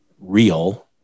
real